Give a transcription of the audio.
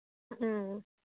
ꯎꯝ